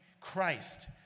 Christ